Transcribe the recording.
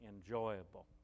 enjoyable